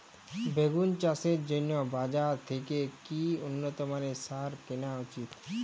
বেগুন চাষের জন্য বাজার থেকে কি উন্নত মানের সার কিনা উচিৎ?